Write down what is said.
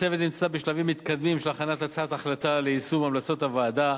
הצוות נמצא בשלבים מתקדמים של הכנת הצעת החלטה ליישום המלצות הוועדה,